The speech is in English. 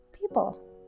people